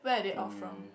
where they all from